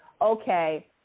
Okay